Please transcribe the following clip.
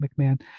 McMahon